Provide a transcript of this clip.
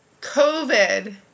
COVID